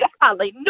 hallelujah